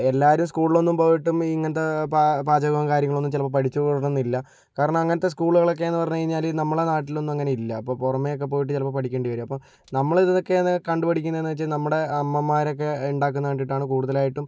എല്ലാവരും സ്കൂളിലൊന്നും പോയിട്ടും ഈ ഇങ്ങനത്തെ പാചകവും കാര്യങ്ങളൊന്നും ചിലപ്പോൾ പഠിച്ചുകൊള്ളണമെന്നില്ല കാരണം അങ്ങനത്തെ സ്കൂളുകളൊക്കെയെന്ന് പറഞ്ഞു കഴിഞ്ഞാൽ നമ്മള നാട്ടിലൊന്നും അങ്ങനെയില്ല അപ്പോൾ പുറമേയൊക്കെ പോയിട്ട് ചിലപ്പോൾ പഠിക്കേണ്ടി വരും അപ്പോൾ നമ്മള് ഇതൊക്കെയൊണ് കണ്ടു പഠിക്കുന്നതെന്ന് വെച്ചാൽ നമ്മുടെ അമ്മമാരൊക്കെ ഉണ്ടാക്കുന്ന കണ്ടിട്ടാണ് കൂടുതലായിട്ടും